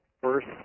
First